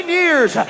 years